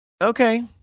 okay